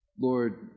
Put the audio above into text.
Lord